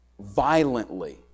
violently